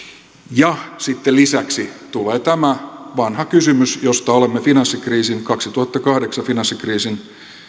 ja sitten lisäksi tulee tämä vanha kysymys josta olemme finanssikriisin kaksituhattakahdeksan finanssikriisin